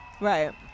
Right